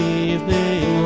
evening